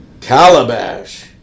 Calabash